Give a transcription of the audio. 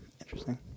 Interesting